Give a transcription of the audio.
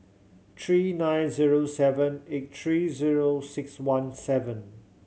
three nine zero seven eight three zero six one seven